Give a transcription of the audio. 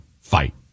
fight